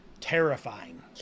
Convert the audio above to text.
Terrifying